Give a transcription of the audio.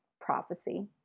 prophecy